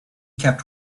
kept